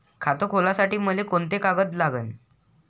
खात खोलासाठी मले कोंते कागद लागन?